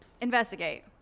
Investigate